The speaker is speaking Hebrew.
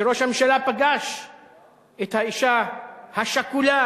שראש הממשלה פגש את האשה השכולה,